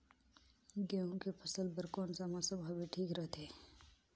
गहूं के फसल बर कौन सा मौसम हवे ठीक रथे?